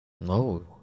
No